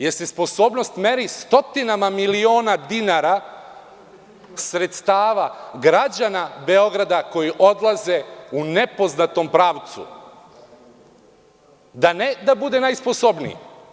Jel se sposobnost meri stotinama miliona dinara sredstava građana Beograda koji odlaze u nepoznatom pravcu, da ne da bude najsposobniji?